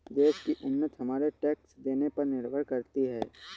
देश की उन्नति हमारे टैक्स देने पर निर्भर करती है